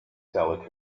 seller